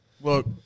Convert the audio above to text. look